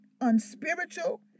unspiritual